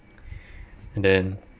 and then